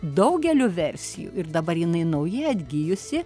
daugeliu versijų ir dabar jinai naujai atgijusi